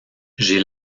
j’ai